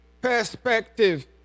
perspective